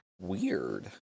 Weird